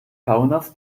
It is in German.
kaunas